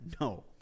No